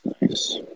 nice